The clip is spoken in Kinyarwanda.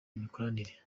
imikoranire